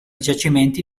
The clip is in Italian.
giacimenti